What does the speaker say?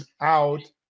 out